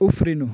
उफ्रिनु